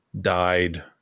died